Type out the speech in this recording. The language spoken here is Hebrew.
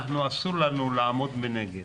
אסור לנו לעמוד מנגד.